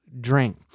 drink